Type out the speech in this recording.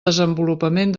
desenvolupament